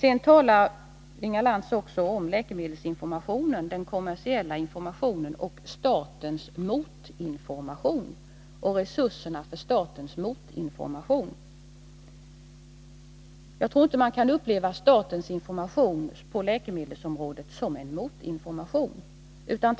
Inga Lantz talar också om läkemedelsinformationen, den kommersiella informationen, och statens ”motinformation” och resurserna för denna. Jag tror inte att man kan uppleva statens information på läkemedelsområdet som en motinformation.